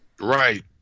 Right